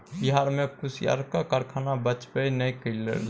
बिहार मे कुसियारक कारखाना बचबे नै करलै